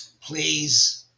please